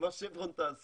מה 'שברון' תעשה?